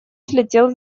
слетел